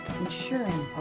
ensuring